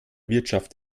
wirtschaft